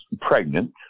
pregnant